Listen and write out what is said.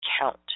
count